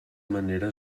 manera